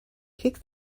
kick